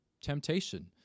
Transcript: temptation